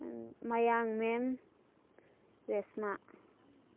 ꯃꯌꯥꯡꯃꯌꯨꯝ Reshma